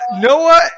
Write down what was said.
Noah